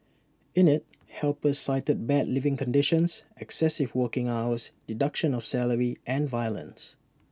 in IT helpers cited bad living conditions excessive working hours deduction of salary and violence